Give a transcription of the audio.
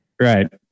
Right